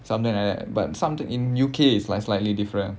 something like that but some to in U_K is like slightly different